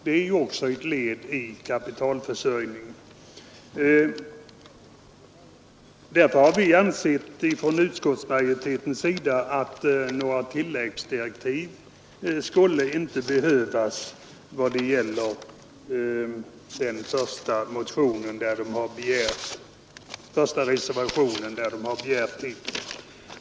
Det är också ett led i kapitalförsörjningen. Utskottsmajoriteten har därför inte ansett det behövligt med någon komplettering av utredningsuppdraget i det avseendet.